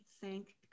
thank